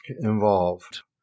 involved